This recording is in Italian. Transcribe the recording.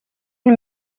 nel